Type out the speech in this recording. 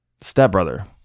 Stepbrother